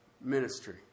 ministry